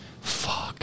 fuck